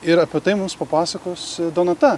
ir apie tai mums papasakos donata